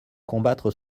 combattre